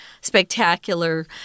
spectacular